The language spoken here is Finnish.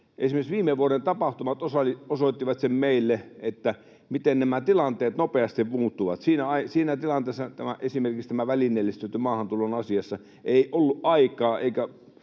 esimerkiksi viime vuoden tapahtumat osoittivat meille sen, miten nopeasti nämä tilanteet muuttuvat. Siinä tilanteessa esimerkiksi tämän välineellistetyn maahantulon asiassa ei ollut aikaa eikä